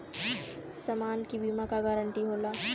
समान के बीमा क गारंटी होला